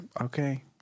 okay